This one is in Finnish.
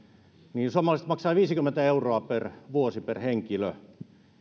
niin suomalaiset maksavat viisikymmentä euroa per vuosi per henkilö